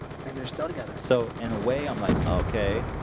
i think they're still together so in a way. i'm like okay.